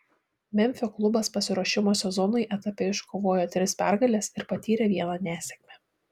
memfio klubas pasiruošimo sezonui etape iškovojo tris pergales ir patyrė vieną nesėkmę